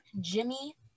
jimmy